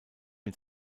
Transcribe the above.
mit